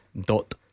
Dot